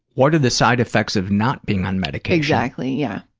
what are the side effects of not being on medication? exactly, yeah.